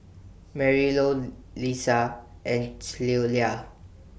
Marylou Lisha and Cleola